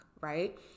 right